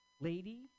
lady